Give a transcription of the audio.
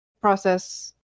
process